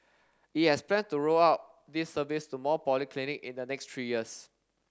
it has plan to roll out this service to more polyclinic in the next three years